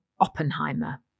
Oppenheimer